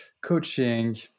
coaching